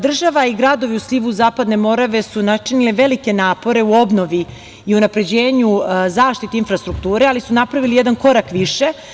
Država i gradovi u slivu Zapadne Morave su načinili velike napore u obnovi i unapređenju zaštite infrastrukture, ali su napravili jedan korak više.